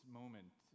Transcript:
moment